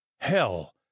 Hell